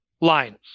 line